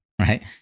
right